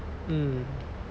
mm